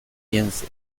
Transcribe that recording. piense